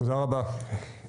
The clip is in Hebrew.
תודה רבה.